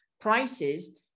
prices